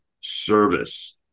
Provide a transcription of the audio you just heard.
service